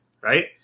right